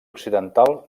occidental